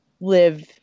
live